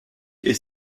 est